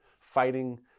fighting